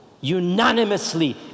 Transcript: unanimously